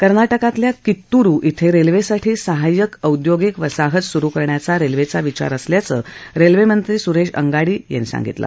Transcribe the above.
कर्ना किच्या किन्तुरू इथं रेल्वेसाठी सहाय्य्क औद्योगिक वसाहत सुरु करण्याचा रेल्वेचा विचार असल्याचं रेल्वेमंत्री सुरेश अंगाडी यांनी माहिती दिली